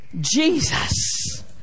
Jesus